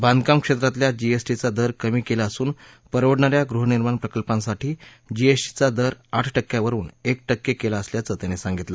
बांधकाम क्षेत्रातल्या जीएसटीचा दर कमी केला असून परवडणाऱ्या गृहनिर्माण प्रकल्पांसाठी जीएसटीचा दर आठ टक्क्यांवरून एक टक्के केला असल्याचं त्यांनी सांगितलं